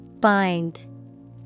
Bind